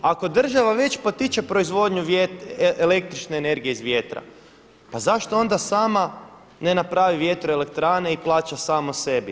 Ako država već potiče proizvodnju električne energije iz vjetra, pa zašto onda sama ne napravi vjetroelektrane i plaća sama sebi.